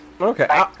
Okay